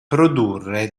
produrre